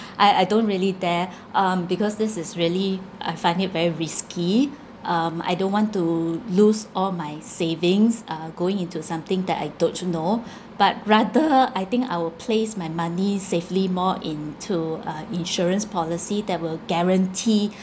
I I don't really dare um because this is really I find it very risky um I don't want to lose all my savings uh going into something that I don't know but rather I think I will place my money safely more into uh insurance policy that will guarantee